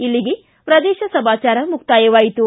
ಇಲ್ಲಿಗೆ ಪ್ರದೇಶ ಸಮಾಚಾರ ಮುಕ್ತಾಯವಾಯಿತು